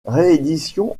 réédition